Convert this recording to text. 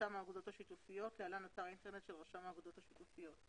רשם האגודות השיתופיות (להלן אתר האינטרנט של רשם האגודות השיתופיות)".